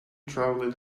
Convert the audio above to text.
travelling